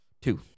Two